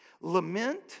Lament